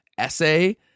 essay